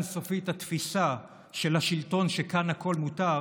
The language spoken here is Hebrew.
סופית התפיסה שלשלטון שכאן הכול מותר,